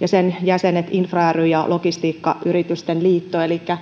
ja sen jäsenet infra ry ja logistiikkayritysten liitto elikkä